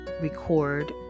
record